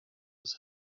was